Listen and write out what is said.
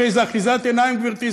הרי זו אחיזת עיניים, גברתי.